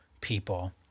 people